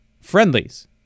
friendlies